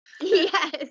yes